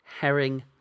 Herring